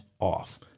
off